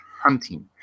hunting